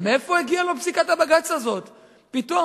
ומאיפה הגיעה לו פסיקת הבג"ץ הזאת פתאום?